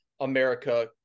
America